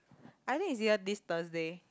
I think this year this Thursday